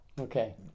Okay